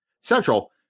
central